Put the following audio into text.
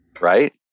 right